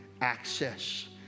access